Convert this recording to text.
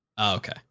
okay